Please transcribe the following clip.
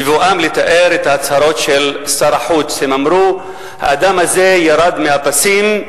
בבואם לתאר את ההצהרות של שר החוץ: האדם הזה ירד מהפסים,